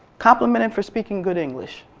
complimented for speaking good english.